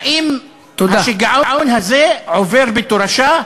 האם השיגעון הזה עובר בתורשה,